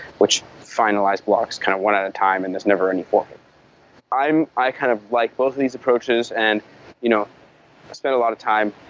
which finalize blocks kind of one at a time and there's never any forfeit i kind of like both of these approaches and you know i spend a lot of time,